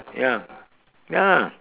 ya ya